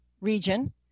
region